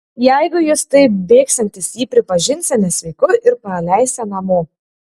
jeigu jis taip bėgsiantis jį pripažinsią nesveiku ir paleisią namo